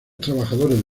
trabajadores